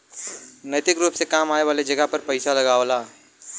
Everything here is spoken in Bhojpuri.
नैतिक रुप से काम आए वाले जगह पर पइसा लगावला